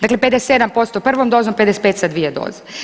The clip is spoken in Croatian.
Dakle, 57% prvom dozom, 55 sa dvije doze.